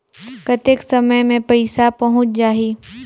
कतेक समय मे पइसा पहुंच जाही?